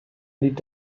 blieb